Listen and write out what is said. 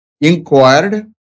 inquired